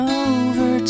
over